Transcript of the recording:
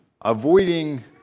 avoiding